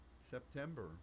September